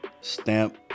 stamp